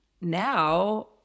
Now